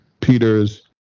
Peters